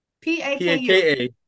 P-A-K-U